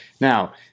Now